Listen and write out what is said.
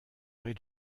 rez